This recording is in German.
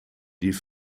die